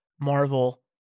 marvel